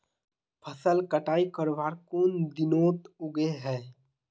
फसल कटाई करवार कुन दिनोत उगैहे?